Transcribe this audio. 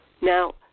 Now